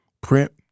print